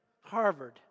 Harvard